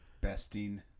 Besting